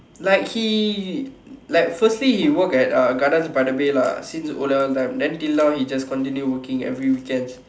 like he like firstly he work at uh gardens by the bay lah since O-levels time then till now he just continue working every weekends